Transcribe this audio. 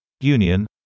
union